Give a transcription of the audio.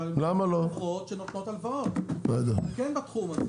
אבל הן חברות שנותנות הלוואות, הן כן בתחום הזה,